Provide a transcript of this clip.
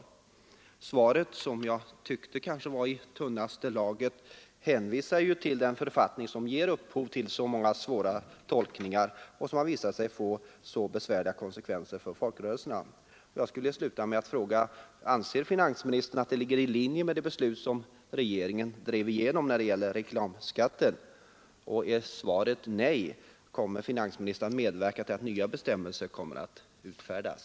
I finansministerns svar, som jag tyckte var i tunnaste laget, hänvisas just till den författning som ger upphov till så många svåra tolkningar och som har visat sig få så många besvärliga konsekvenser för folkrörelserna. Jag skulle till slut vilja fråga: Anser finansministern dessa konsekvenser ligga i linje med det beslut som regeringen drev igenom beträffande reklamskatten? Om svaret är nej, kommer finansministern då att medverka till att nya bestämmelser utfärdas?